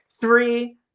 Three